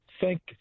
Thank